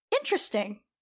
interesting